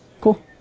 Cool